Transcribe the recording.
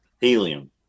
helium